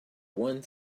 one